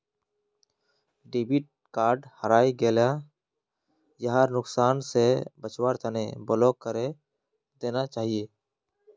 debit card हरई गेला यहार नुकसान स बचवार तना ब्लॉक करे देना चाहिए